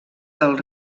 del